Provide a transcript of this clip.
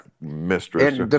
Mistress